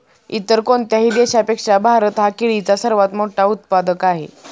इतर कोणत्याही देशापेक्षा भारत हा केळीचा सर्वात मोठा उत्पादक आहे